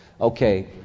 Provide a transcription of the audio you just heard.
Okay